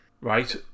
Right